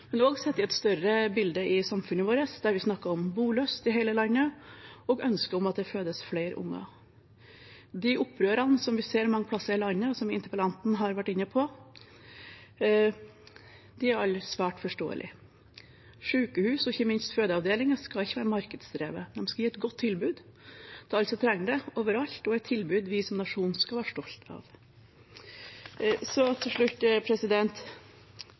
og psykiske helse og også sett i et større bilde i samfunnet vårt, der vi snakker om bolyst i hele landet og ønsket om at det fødes flere unger. De opprørene vi ser mange plasser i landet, og som interpellanten har vært inne på, er alle svært forståelige. Sykehus og ikke minst fødeavdelinger skal ikke være markedsdrevne. De skal gi et godt tilbud til alle som trenger det, overalt – et tilbud vi som nasjon skal være stolt av. Mitt spørsmål til statsråden til slutt